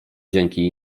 dzięki